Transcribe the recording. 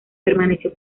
permaneció